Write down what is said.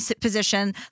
position